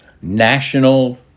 national